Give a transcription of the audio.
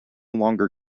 longer